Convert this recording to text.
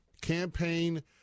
campaign